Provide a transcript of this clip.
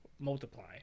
multiply